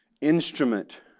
instrument